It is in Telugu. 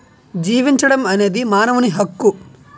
జీవించడం అనేది మానవుని హక్కు